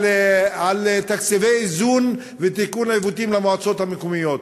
על תקציבי איזון ותיקון עיוותים במועצות המקומיות.